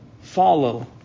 follow